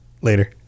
Later